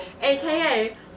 aka